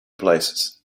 places